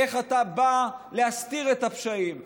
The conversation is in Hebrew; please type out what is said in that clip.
איך אתה בא להסתיר את הפשעים,